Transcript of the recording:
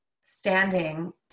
standing